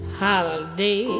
holiday